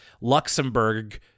Luxembourg